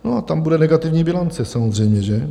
No a tam bude negativní bilance samozřejmě, že?